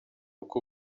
uko